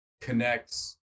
connects